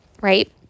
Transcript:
right